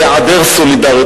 בהיעדר סולידריות.